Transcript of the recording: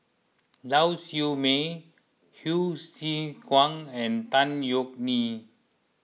Lau Siew Mei Hsu Tse Kwang and Tan Yeok Nee